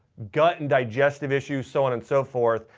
gut and digestive issues so on and so forth,